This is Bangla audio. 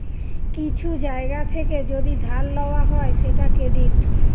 কিছু জায়গা থেকে যদি ধার লওয়া হয় সেটা ক্রেডিট